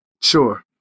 Sure